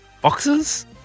boxes